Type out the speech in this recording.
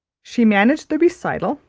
she managed the recital,